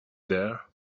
there